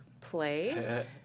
play